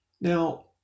Now